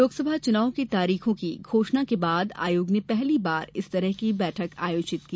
लोकसभा चुनावों की तारीखों की घोषणा के बाद आयोग ने पहली बार इस तरह की बैठक आयोजित की